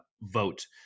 vote